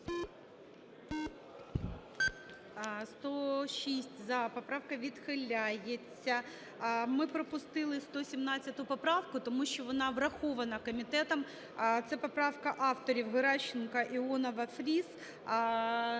За-106 Поправка відхиляється. Ми пропустили 117 поправку, тому що вона врахована комітетом. Це поправка авторів: Геращенко, Іонова, Фріз.